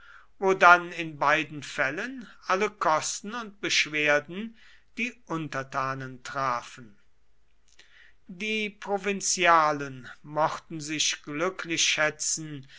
wo dann in beiden fällen alle kosten und beschwerden die untertanen trafen die provinzialen mochten sich glücklich schätzen